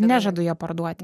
nežadu jo parduoti